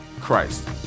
christ